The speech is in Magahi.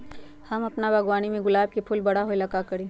हम अपना बागवानी के गुलाब के फूल बारा होय ला का करी?